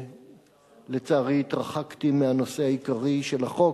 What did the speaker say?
לצערי התרחקתי מהנושא העיקרי של החוק,